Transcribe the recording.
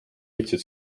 võtsid